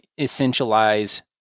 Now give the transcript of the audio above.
essentialize